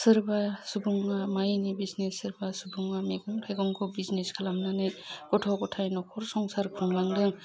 सोरबा सुबुङा माइनि बिजिनेस सोरबा सुबुङा मेगं थाइगंखौ बिजिनेस खालामनानै गथ' गथाइ नखर संसार खुंलांदों